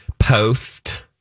post